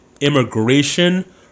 immigration